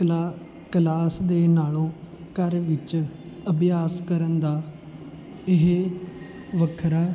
ਕਲਾ ਕਲਾਸ ਦੇ ਨਾਲੋਂ ਘਰ ਵਿੱਚ ਅਭਿਆਸ ਕਰਨ ਦਾ ਇਹ ਵੱਖਰਾ